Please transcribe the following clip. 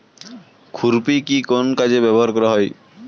খুরপি কি কোন কাজে ব্যবহার করা হয়?